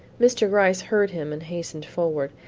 mr. gryce heard him and hastened forward.